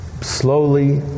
slowly